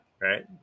right